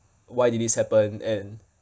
why did this happen and